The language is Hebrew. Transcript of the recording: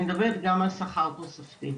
אני מדברת גם על שכר תוספתי.